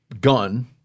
gun